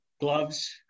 gloves